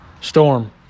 storm